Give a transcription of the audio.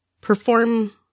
perform